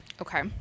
okay